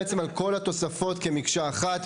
בעצם, על כל התוספות כמקשה אחת.